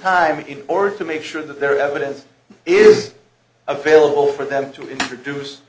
time in order to make sure that their evidence is available for them to introduce